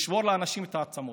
לשבור לאנשים את העצמות.